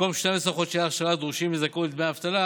במקום 12 חודשי אכשרה הדרושים לזכאות לדמי אבטלה,